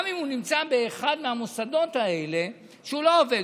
אז גם אם הוא נמצא באחד מהמוסדות האלה שהוא לא עובד,